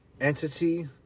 entity